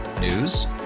News